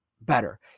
better